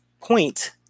point